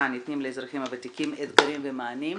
הניתנים לאזרחים הוותיקים: אתגרים ומענים.